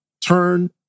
turn